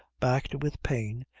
backed with pain,